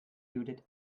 judith